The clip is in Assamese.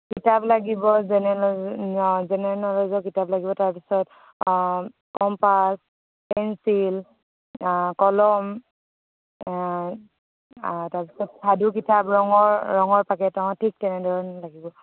কিতাপ লাগিব জেনেৰেল জেনেৰেল ন'লেজৰ কিতাপ লাগিব তাৰপিছত কম্পাছ পেঞ্চিল কলম তাৰপিছত সাধু কিতাপ ৰঙৰ ৰঙৰ পেকেট অঁ ঠিক তেনেধৰণে লাগিব